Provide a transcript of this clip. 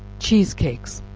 cheese cakes.